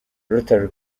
rotary